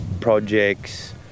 projects